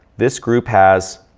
this group has.